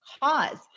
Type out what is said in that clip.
cause